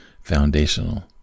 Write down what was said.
foundational